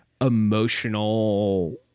emotional